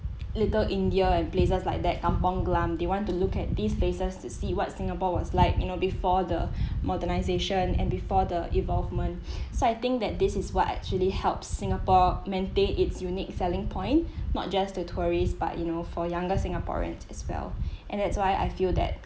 little india and places like that kampong glam they want to look at these places to see what singapore was like you know before the modernisation and before the involvement citing that this is what actually helps singapore maintain it's unique selling point not just the tourists but you know for younger singaporeans as well and that's why I feel that